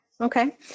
okay